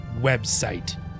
website